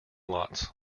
lots